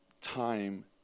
time